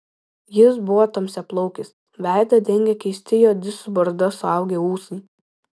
jis buvo tamsiaplaukis veidą dengė keisti juodi su barzda suaugę ūsai